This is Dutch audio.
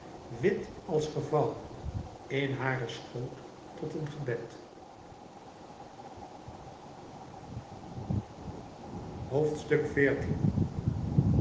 wit als gevouwen in haar schoot tot een gebed